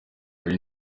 hari